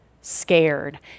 scared